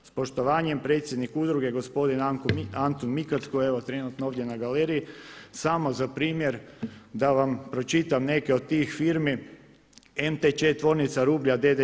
S poštovanjem, predsjednik udruge gospodin Antun Mikec koji je evo trenutno ovdje na galeriji, samo za primjer, da vam pročitam neke od tih firmi, MTČ tvornica rublja d.d.